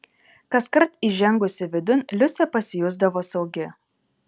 kaskart įžengusi vidun liusė pasijusdavo saugi